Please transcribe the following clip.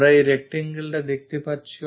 আমরা এই rectangle টা দেখতে যাচ্ছি